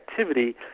activity